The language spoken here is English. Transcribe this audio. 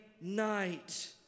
night